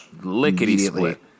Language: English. lickety-split